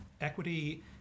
equity